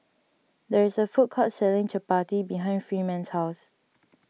there is a food court selling Chapati behind Freeman's house